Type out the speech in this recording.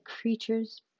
creatures